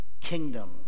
kingdom